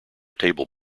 table